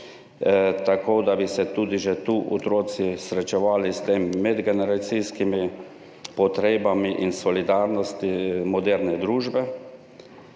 tako da bi se tudi že tam otroci srečevali s temi medgeneracijskimi potrebami in solidarnostjo moderne družbe,